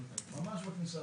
ממש בכניסה,